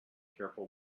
careful